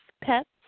pets